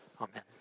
amen